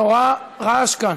נורא רעש כאן.